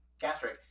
gastric